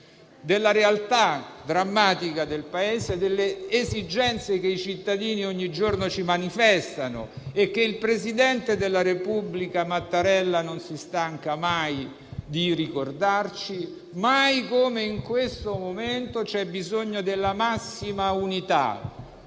della realtà drammatica del Paese, delle esigenze che i cittadini ogni giorno ci manifestano e che il presidente della Repubblica Mattarella non si stanca mai di ricordarci. Mai come in questo momento c'è bisogno della massima unità;